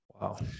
Wow